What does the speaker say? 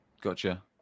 Gotcha